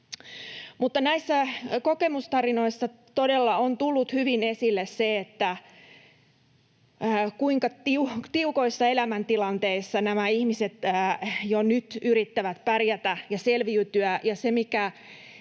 Näissä kokemustarinoissa todella on tullut hyvin esille, kuinka tiukoissa elämäntilanteissa nämä ihmiset jo nyt yrittävät pärjätä ja selviytyä,